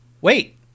Wait